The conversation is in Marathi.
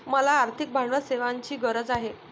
मला आर्थिक भांडवल सेवांची गरज आहे